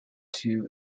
two